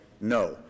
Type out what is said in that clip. no